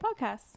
podcasts